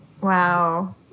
Wow